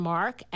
Mark